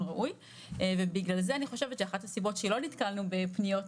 ראוי ובגלל זה אני חושבת שאחת הסיבות שלא נתקלנו בפניות